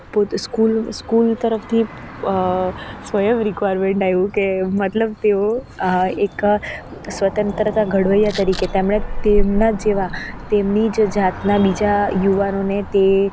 પોતે school school તરફથી સ્વયં રિક્વાયર્મેન્ટ આવ્યું કે મતલબ તેઓ એક સ્વતંત્રતા ઘડવૈયા તરીકે તેમણે તેમના જેવા તેમની જ જાતના બીજા યુવાનોને તે